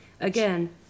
Again